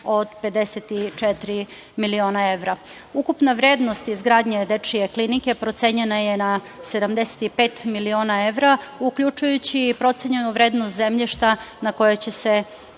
od 54 miliona evra. Ukupna vrednost izgradnje dečije klinike procenjena je na 75 miliona evra uključujući i procenjenu vrednost zemljišta na kojoj će se